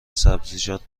سبزیجات